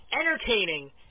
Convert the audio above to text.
entertaining